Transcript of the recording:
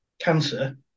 cancer